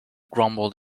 grumbled